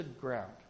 ground